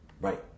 Right